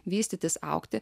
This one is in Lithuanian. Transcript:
vystytis augti